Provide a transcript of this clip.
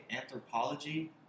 anthropology